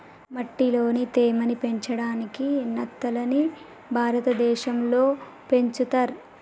మట్టిలోని తేమ ని పెంచడాయికి నత్తలని భారతదేశం లో పెంచుతర్